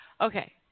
okay